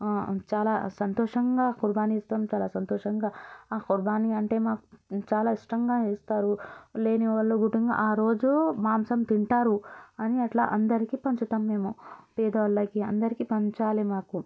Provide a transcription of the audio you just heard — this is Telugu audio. చాలా సంతోషంగా కుర్బానీ ఇస్తుంటారు ఆ సంతోషంగా ఆ కుర్బానీ అంటే మాకు చాలా ఇష్టంగా ఇస్తారు లేని వాళ్ల కూడా ఆ రోజు మాంసం తింటారు అని అట్లా అందరికి పంచుతాం మేము పేద వాళ్ళకి అందరికి పంచాలి మాకు